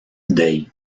dei